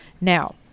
Now